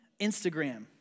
Instagram